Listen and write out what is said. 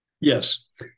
Yes